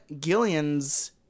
Gillian's